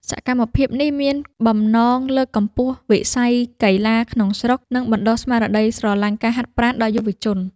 សកម្មភាពនេះមានបំណង លើកកម្ពស់វិស័យកីឡាក្នុងស្រុក និងបណ្ដុះស្មារតីស្រឡាញ់ការហាត់ប្រាណដល់យុវជន។